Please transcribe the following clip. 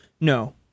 No